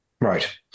Right